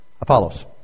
Apollos